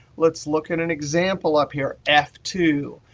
let's look at an example up here f two.